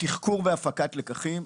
תחקור והפקת לקחים.